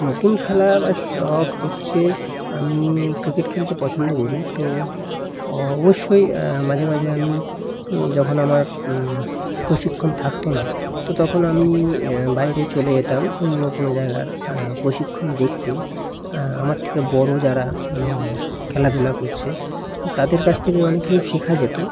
নতুন খেলা বা শখ হচ্ছে আমি ক্রিকেট খেলতে পছন্দ করি তো অবশ্যই মাঝে মাঝে আমি যখন আমার প্রশিক্ষণ থাকত না তো তখন আমি বাইরে চলে যেতাম অন্য কোনো জায়গার প্রশিক্ষণ দেখতে আমার থেকে বড় যারা খেলাধূলা করছে তাদের কাছ থেকে অনেক কিছু শেখা যেত